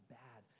bad